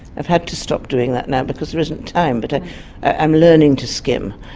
i've had to stop doing that now because there isn't time but i'm learning to skim.